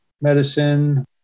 Medicine